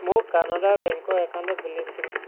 মোৰ কানাড়া বেংকৰ একাউণ্টৰ বেলেঞ্চ কিমান